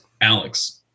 Alex